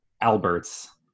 Albert's